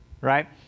Right